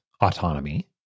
autonomy